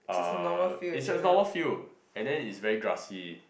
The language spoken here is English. uh it's just a normal field and then is very grassy